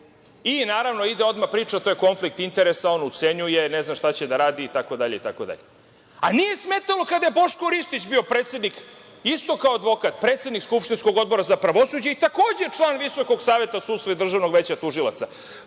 I, naravno, ide odmah priča – to je konflikt interesa, on ucenjuje, ne znam šta će da radi, itd, itd. A nije smetalo kada je Boško Ristić bio predsednik, isto kao advokat, predsednik skupštinskog Odbora za pravosuđe i takođe član Visokog saveta sudstva i Državnog veća tužilaca.